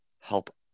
help